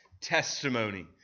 testimony